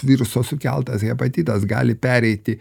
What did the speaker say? viruso sukeltas hepatitas gali pereiti